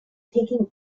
taking